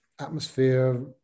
atmosphere